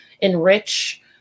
enrich